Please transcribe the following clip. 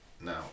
Now